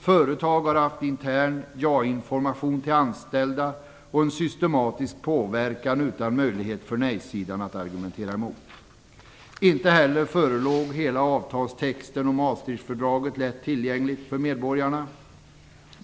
Företag har haft intern ja-information till anställda och en systematisk påverkan utan möjlighet för nej-sidan att argumentera emot. Inte heller förelåg hela avtalstexten och Maastrichtfördraget lätt tillgängliga för medborgarna.